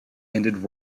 ended